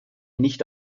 nicht